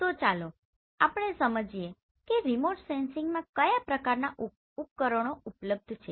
તો ચાલો આપણે સમજીએ કે રીમોટ સેન્સિંગમાં કયા પ્રકારનાં ઉપકરણો ઉપલબ્ધ છે